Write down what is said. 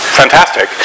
fantastic